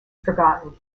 forgotten